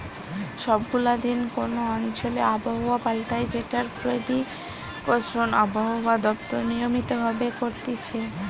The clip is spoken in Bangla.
সব গুলা দিন কোন অঞ্চলে আবহাওয়া পাল্টায় যেটার প্রেডিকশন আবহাওয়া দপ্তর নিয়মিত ভাবে করতিছে